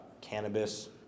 cannabis